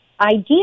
idea